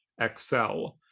excel